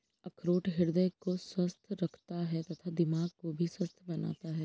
अखरोट हृदय को स्वस्थ रखता है तथा दिमाग को भी स्वस्थ बनाता है